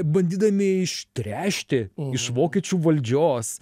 bandydami ištręšti iš vokiečių valdžios